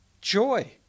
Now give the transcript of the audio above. joy